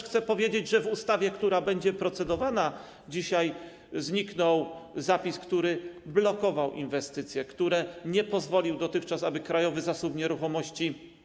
Chcę też powiedzieć, że w ustawie, która będzie procedowana dzisiaj, zniknął zapis, który blokował inwestycje, który nie pozwalał dotychczas, aby Krajowy Zasób Nieruchomości.